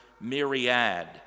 myriad